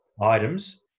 items